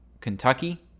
Kentucky